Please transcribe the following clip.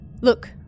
Look